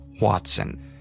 Watson